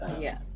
Yes